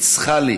היא ניסחה לי